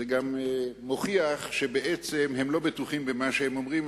זה גם מוכיח שהם לא בטוחים במה שהם אומרים,